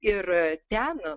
ir ten